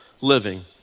living